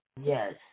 Yes